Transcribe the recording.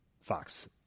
Fox